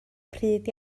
pryd